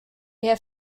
hier